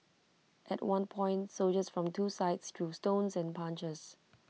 at one point soldiers from two sides threw stones and punches